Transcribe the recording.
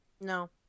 no